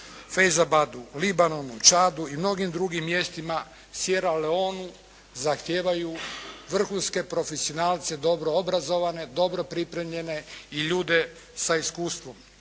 Fezabadu, Libanonu, Čadu i mnogim drugim mjestima, Siera Leonu, zahtijevaju vrhunske profesionalce dobro obrazovane, dobro pripremljene i ljude sa iskustvom